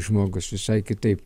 žmogus visai kitaip